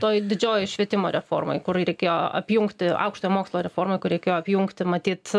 toj didžiojoj švietimo reformoj kur reikėjo apjungti aukštojo mokslo reformoj kur reikėjo apjungti matyt